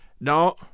No